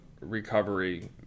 recovery